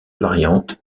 variantes